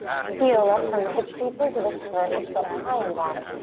peel up from the hip creases, lift the hips up high and back.